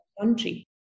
country